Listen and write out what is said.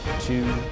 two